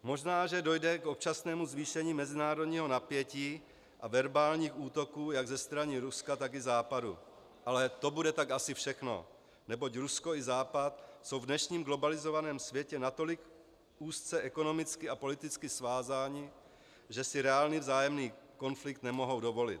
Možná že dojde k občasnému zvýšení mezinárodního napětí a verbálních útoků jak ze strany Ruska, tak i Západu, ale to bude tak asi všechno, neboť Rusko i Západ jsou v dnešním globalizovaném světě natolik úzce ekonomicky a politicky svázány, že si reálný vzájemný konflikt nemohou dovolit.